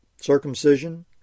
circumcision